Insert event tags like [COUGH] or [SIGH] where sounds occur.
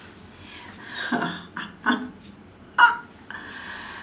[LAUGHS]